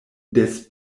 des